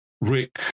Rick